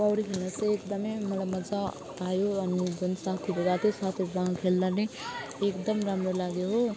पौडी खेल्नु चाहिँ एकदमै मलाई मजा आयो अनि झन् साथीको जातै साथीहरूसँग खेल्दा पनि एकदम राम्रो लाग्यो हो